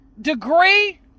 Degree